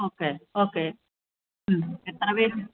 okay okay എത്ര പേരുണ്ട്